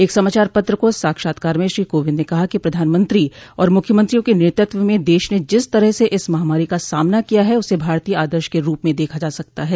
एक समाचार पत्र को साक्षात्कार में श्री कोविंद ने कहा कि प्रधानमंत्री और मुख्यमंत्रियों के नेतृत्व में देश ने जिस तरह से इस महामारी का सामना किया है उसे भारतीय आदर्श के रूप में देखा जा सकता है